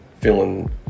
feeling